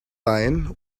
line